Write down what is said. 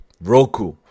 Roku